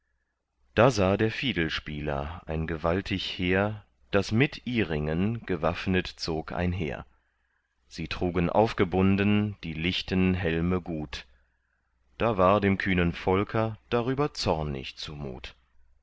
da sah der fiedelspieler ein gewaltig heer das mit iringen gewaffnet zog einher sie trugen aufgebunden die lichten helme gut da war dem kühnen volker darüber zornig zumut